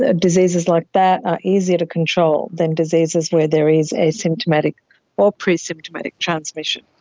ah diseases like that are easier to control than diseases where there is asymptomatic or pre-symptomatic transmission.